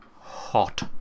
hot